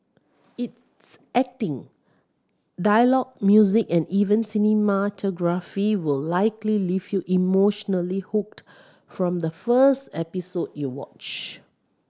its acting dialogue music and even cinematography will likely leave you emotionally hooked from the first episode you watch